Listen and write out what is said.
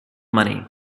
money